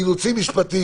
אילוצים משפטיים